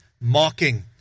mocking